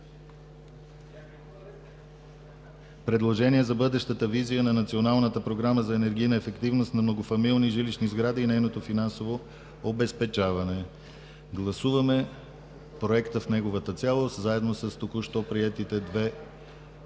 предложение за бъдещата визия на Националната програма за енергийна ефективност на многофамилни жилищни сгради и нейното финансово обезпечаване.“. Гласуваме Проекта в неговата цялост, заедно с току-що приетите две